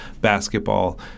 basketball